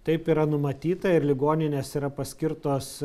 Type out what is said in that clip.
taip yra numatyta ir ligoninės yra paskirtos